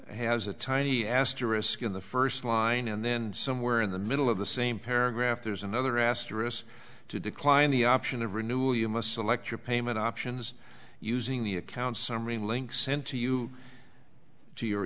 has a tiny asterisk in the first line and then somewhere in the middle of the same paragraph there's another asterisk to decline the option of renewal you must select your payment options using the account summary link sent to you to your